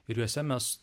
ir juose mes